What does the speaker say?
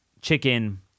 chicken